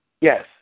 Yes